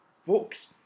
Folks